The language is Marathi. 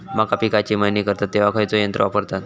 मका पिकाची मळणी करतत तेव्हा खैयचो यंत्र वापरतत?